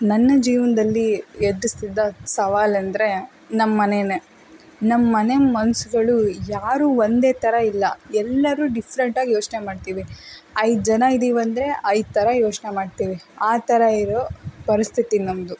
ನನ್ನ ಜೀವನದಲ್ಲಿ ಎದ್ರಿಸ್ತಿದ್ದ ಸವಾಲು ಅಂದರೆ ನಮ್ಮ ಮನೆನೇ ನಮ್ಮ ಮನೆ ಮನ್ಸುಗಳು ಯಾರೂ ಒಂದೇ ಥರ ಇಲ್ಲ ಎಲ್ಲರೂ ಡಿಫ್ರೆಂಟ್ ಆಗಿ ಯೋಚನೆ ಮಾಡ್ತೀವಿ ಐದು ಜನ ಇದ್ದೀವಿ ಅಂದರೆ ಐದು ಥರ ಯೋಚನೆ ಮಾಡ್ತೀವಿ ಆ ಥರ ಇರೋ ಪರಿಸ್ಥಿತಿ ನಮ್ಮದು